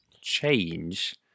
change